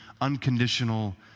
unconditional